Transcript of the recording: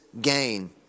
gain